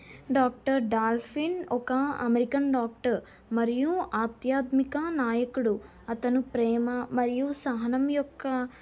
doctor Dolphin ఒక American doctor మరియు ఆధ్యాత్మిక నాయకుడు అతను ప్రేమ మరియు సహనం యొక్క